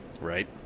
right